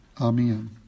Amen